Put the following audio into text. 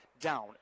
down